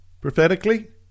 Prophetically